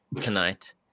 tonight